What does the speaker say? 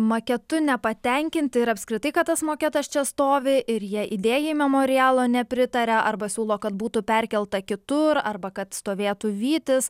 maketu nepatenkinti ir apskritai kad tas maketas čia stovi ir jie idėjai memorialo nepritaria arba siūlo kad būtų perkelta kitur arba kad stovėtų vytis